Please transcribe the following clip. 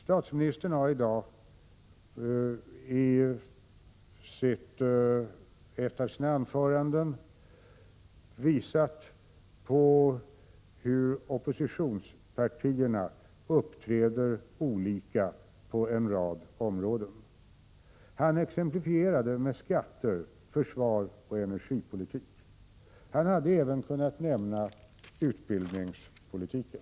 Statsministern har i dag i ett av sina anföranden visat på hur de olika oppositionspartierna uppträder på en rad områden. Han exemplifierade med skatte-, försvarsoch energipolitik. Han hade även kunnat nämna utbildningspolitiken.